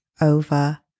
over